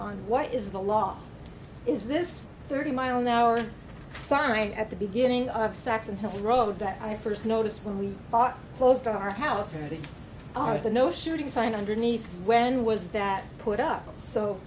on what is the law is this thirty mile an hour sign at the beginning of sex and health road that i first noticed when we bought close to our house and they are the no shooting sign underneath when was that put up so